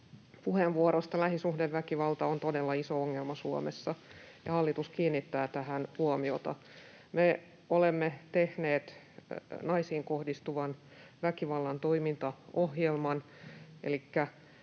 puheenvuorosta. Lähisuhdeväkivalta on todella iso ongelma Suomessa, ja hallitus kiinnittää tähän huomiota. Me olemme tehneet naisiin kohdistuvan väkivallan toimintaohjelman,